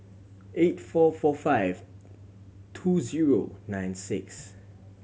eight four four five two zero nine six